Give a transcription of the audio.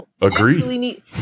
Agreed